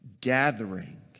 gathering